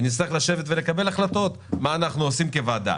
ונצטרך לשבת ולקבל החלטות מה אנו עושים כוועדה.